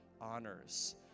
honors